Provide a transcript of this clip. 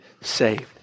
saved